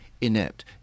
inept